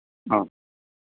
ആ